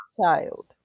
child